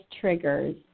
triggers